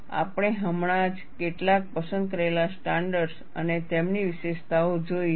આપણે હમણાં જ કેટલાક પસંદ કરેલા સ્ટાન્ડર્ડ્સ અને તેમની વિશેષતાઓ જોઈ છે